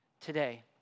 today